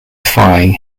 defying